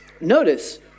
Notice